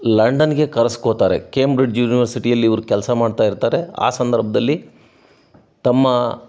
ಲಂಡನ್ಗೆ ಕರ್ಸ್ಕೊಳ್ತಾರೆ ಕೇಂಬ್ರಿಡ್ಜ್ ಯುನಿವರ್ಸಿಟಿಯಲ್ಲಿ ಇವರು ಕೆಲಸ ಮಾಡ್ತಾಯಿರ್ತಾರೆ ಆ ಸಂದರ್ಭದಲ್ಲಿ ತಮ್ಮ